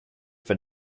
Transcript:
for